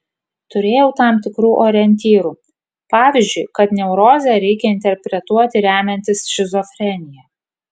turėjau tam tikrų orientyrų pavyzdžiui kad neurozę reikia interpretuoti remiantis šizofrenija